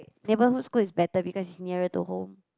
neighborhood school is better because it's nearer to home